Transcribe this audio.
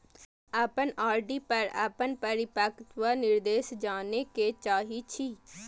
हम अपन आर.डी पर अपन परिपक्वता निर्देश जाने के चाहि छी